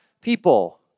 people